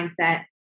mindset